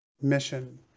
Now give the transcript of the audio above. mission